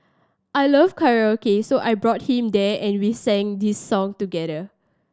I love karaoke so I brought him there and we sang this song together